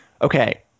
Okay